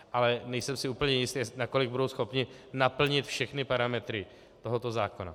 Ale nejsem si úplně jist, nakolik budou schopni naplnit všechny parametry tohoto zákona.